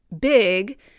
big